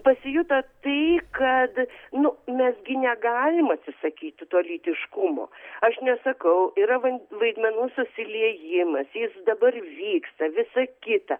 pasijuto tai kad nu mes gi negalim atsisakyti to lytiškumo aš nesakau yra vaidmenų susiliejimas jis dabar vyksta visa kita